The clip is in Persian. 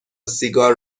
سیگار